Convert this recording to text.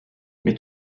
mais